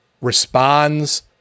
responds